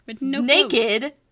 naked